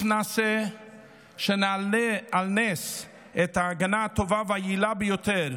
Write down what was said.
טוב נעשה שנעלה על נס את ההגנה הטובה והיעילה ביותר,